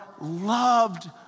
loved